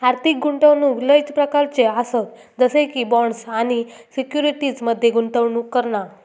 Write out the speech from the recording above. आर्थिक गुंतवणूक लय प्रकारच्ये आसत जसे की बॉण्ड्स आणि सिक्युरिटीज मध्ये गुंतवणूक करणा